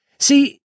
See